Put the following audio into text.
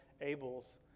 Abel's